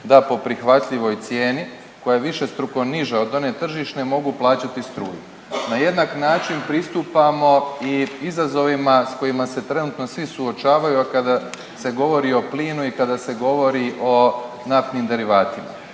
da po prihvatljivoj cijeni koja je višestruko niža od one tržišne mogu plaćati struju. Na jednak način pristupamo i izazovima s kojima se trenutno svi suočavaju, a kada se govori o plinu i kada se govori o naftnim derivatima.